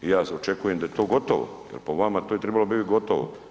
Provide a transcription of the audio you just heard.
I ja očekujem da je to gotovo jer po vama to je trebalo biti gotovo.